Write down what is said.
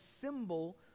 symbol